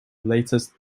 latest